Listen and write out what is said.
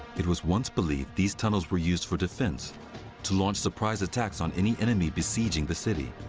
it was once believed these tunnels were used for defense to launch surprise attacks on any enemy besieging the city.